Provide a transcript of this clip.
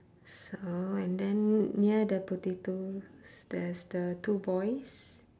so and then near the potatoes there's the two boys